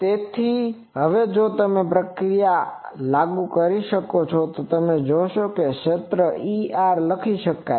તેથી હવે તમે તે જ પ્રક્રિયા લાગુ કરી શકો છો તમે જોશો કે ક્ષેત્રને Er લખી શકાય છે